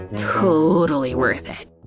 totally worth it.